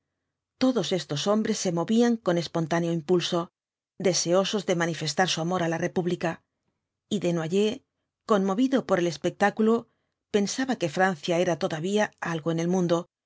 todos estos hombres se movían con espontáneo impulso deseosos de manifestar su amor á la república y desnoyers conmovido por el espectáculo pensaba que francia era todavía algo en el mundo